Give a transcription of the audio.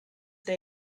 day